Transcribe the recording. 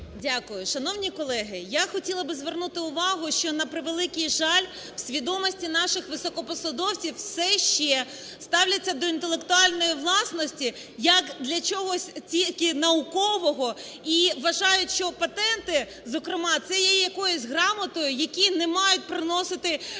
Дякую. Шановні колеги, я хотіла би звернути увагу, що, на превеликий жаль, в свідомості наших високопосадовців все ще ставляться до інтелектуальної власності як до чогось тільки наукового і вважають, що патенти, зокрема, це є якоюсь грамотою, які не мають приносити, власне,